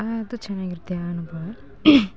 ಅದು ಚೆನ್ನಾಗಿರ್ತೆ ಆ ಅನುಭವ